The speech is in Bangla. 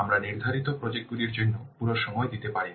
আমরা নির্ধারিত প্রজেক্ট গুলির জন্য পুরো সময় দিতে পারি না